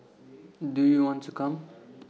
do you want to come